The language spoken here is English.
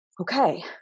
Okay